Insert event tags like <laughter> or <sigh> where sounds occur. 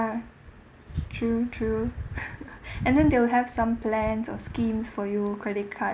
true true <laughs> <breath> and then they'll have some plans or schemes for you credit card